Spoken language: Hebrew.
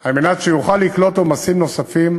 על מנת שיוכל לקלוט עומסים נוספים,